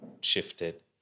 shifted